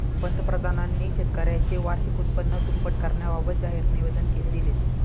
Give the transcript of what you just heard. पंतप्रधानांनी शेतकऱ्यांचे वार्षिक उत्पन्न दुप्पट करण्याबाबत जाहीर निवेदन दिले